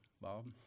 Bob